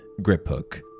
Griphook